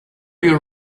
your